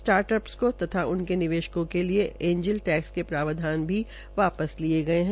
startups तथा उनके निवेशकों के लिए ऐंजल टैक्स के प्रावधान भी वापस लिये गये है